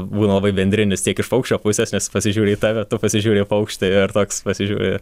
būna labai bendrinis tiek iš paukščio pusės nes pasižiūri į tave tu pasižiūri į paukštį ir toks pasižiūri